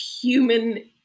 human